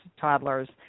toddlers